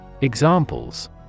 Examples